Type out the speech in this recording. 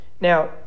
Now